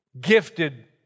gifted